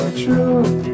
true